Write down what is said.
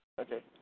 Okay